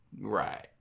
right